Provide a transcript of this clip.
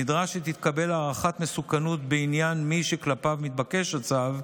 נדרש שתתקבל הערכת מסוכנות בעניין מי שכלפיו מתבקש הצו,